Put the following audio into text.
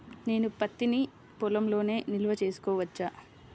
నేను పత్తి నీ పొలంలోనే నిల్వ చేసుకోవచ్చా?